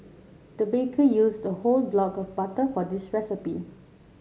the baker used a whole block of butter for this recipe